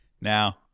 Now